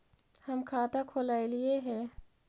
हम खाता खोलैलिये हे?